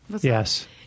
Yes